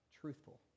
truthful